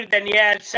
Daniel